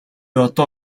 одоо